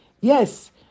Yes